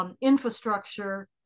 infrastructure